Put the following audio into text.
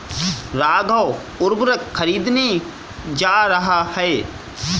राघव उर्वरक खरीदने जा रहा है